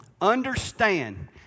Understand